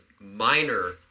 minor